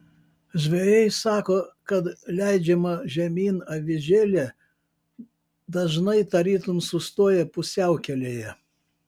žvejai sako kad leidžiama žemyn avižėlė dažnai tarytum sustoja pusiaukelėje